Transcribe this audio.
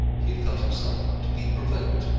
he had felt himself to be provoked.